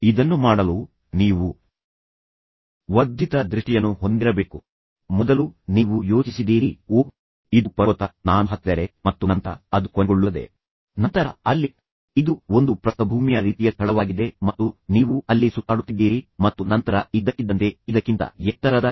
ಅವರನ್ನು ನೋಡುವುದು ಎಷ್ಟು ಚೆನ್ನಾಗಿರುತ್ತದೆ ಮತ್ತು ಎಷ್ಟು ಪ್ರೀತಿಪಾತ್ರವಾಗಿದೆ ಎಷ್ಟು ಸ್ನೇಹಪರವಾಗಿದೆ ಎಂಬುದನ್ನು ನೀವು ಅವರಿಗೆ ಮತ್ತು ಅವರು ಎಷ್ಟು ಕಾಳಜಿಯುಳ್ಳವರಾಗಿದ್ದರು ಮತ್ತು ಅವರು ಎಷ್ಟು ಕಾಲ ತಮ್ಮಷ್ಟಕ್ಕೇ ಉಳಿದಿದ್ದರು ಎಂಬುದನ್ನು ತೋರಿಸಿ ಏನಾಯಿತು ಏನು ತಪ್ಪಾಯಿತು ಅವು ಏಕೆ ಬದಲಾದವು